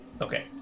Okay